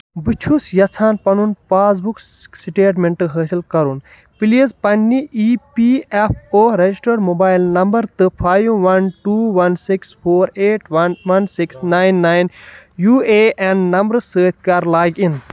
بہٕ چھُس یژھان پَنُن پاس بُک سٹیٹمنٹ حٲصِل کرُن، پلیٖز پننہِ E P F O registered mobile number تہٕ five one two one six four eight one one six nine nine U A N نمبرٕ سۭتۍ کر لاگ اِن